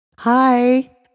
Hi